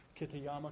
Kitayama